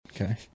Okay